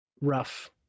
rough